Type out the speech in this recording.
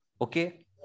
Okay